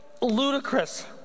ludicrous